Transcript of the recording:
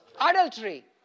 adultery